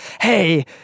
hey